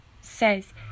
says